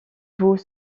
vaut